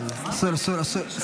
אסור, אסור.